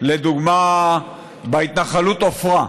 לדוגמה בהתנחלות עפרה.